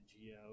Geo